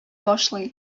башлый